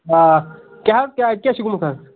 آ کیٛاہ حظ کیٛاہ اَتہِ کیٛاہ چھِ گوٚمُت حظ